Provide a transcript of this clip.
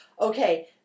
Okay